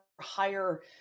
higher